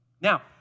Now